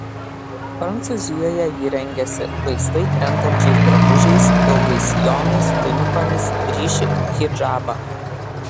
prancūzijoje ji rengiasi laisvai krentančiais drabužiais ilgais sijonais tunikomis ryši hidžabą